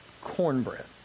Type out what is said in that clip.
cornbread